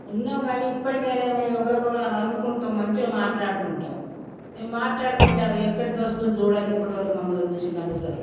ఉన్నాం కానీ ఇప్పటికైనా మేము ఒకరికొకరరం అలుగుకుంటాం మంచిగా మాట్లాడుకుంటాం మేము మాట్లాడుకుంటే వెనకటి దోస్తులు చూడనిప్పటోళ్లు మమ్మల్ని చూసి నవ్వుతారు